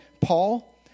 Paul